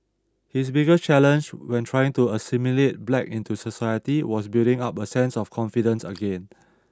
his biggest challenge when trying to assimilate black into society was building up a sense of confidence again